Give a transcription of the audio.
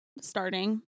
starting